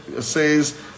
says